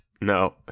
No